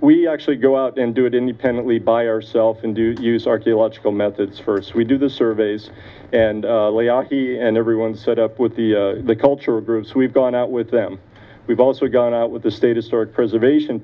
we actually go out and do it independently by ourself and do use archaeological methods first we do the surveys and he and everyone set up with the the cultural groups we've gone out with them we've also gone out with the status sort preservation